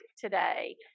today